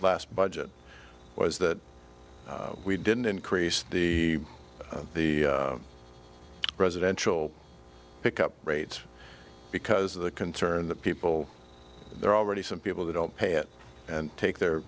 last budget was that we didn't increase the the presidential pick up rates because of the concern that people there are already some people who don't pay it and take their